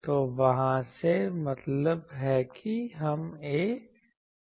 तो वहाँ से मतलब है कि हम A जानते हैं